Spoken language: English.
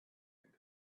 egg